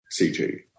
CG